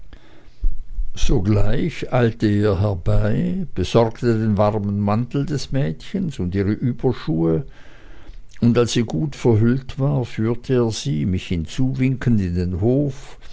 sogleich eilte er herbei besorgte den warmen mantel des mädchens und ihre überschuhe und als sie gut verhüllt war führte er sie mich hinzuwinkend in den hof